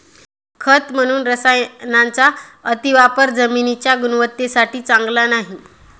खत म्हणून रसायनांचा अतिवापर जमिनीच्या गुणवत्तेसाठी चांगला नाही